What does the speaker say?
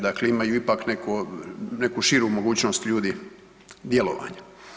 Dakle, imaju ipak neku širu mogućnost ljudi djelovanja.